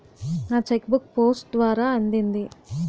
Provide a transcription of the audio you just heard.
నా cheque book post ద్వారా అందింది